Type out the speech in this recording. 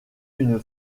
une